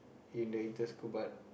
in the inter school but